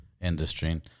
industry